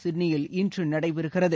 சிட்னியில் இன்று நடைபெறுகிறது